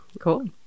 cool